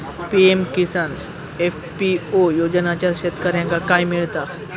PM Kisan FPO योजनाच्यात शेतकऱ्यांका काय मिळता?